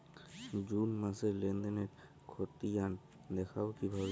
June মাসের লেনদেনের খতিয়ান দেখবো কিভাবে?